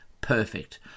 Perfect